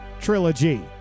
trilogy